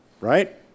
right